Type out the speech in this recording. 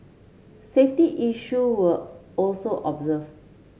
safety issue were also observed